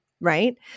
right